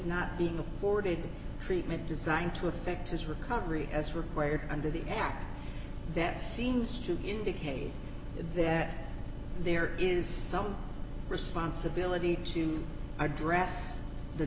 not been the forwarded treatment designed to affect his recovery as required under the act that seems to indicate that there is some responsibility to address the